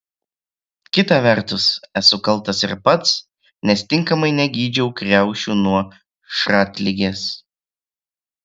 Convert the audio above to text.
kita vertus esu kaltas ir pats nes tinkamai negydžiau kriaušių nuo šratligės